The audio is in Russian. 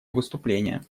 выступление